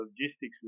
logistics